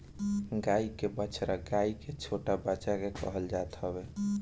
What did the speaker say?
गाई के बछड़ा गाई के छोट बच्चा के कहल जात हवे